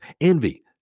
envy